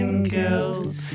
Guilt